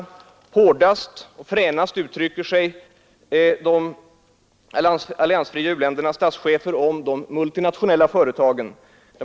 Hårdast och fränast uttrycker sig de alliansfria u-ländernas statschefer om de multinationella företagen.